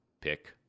Pick